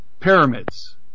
pyramids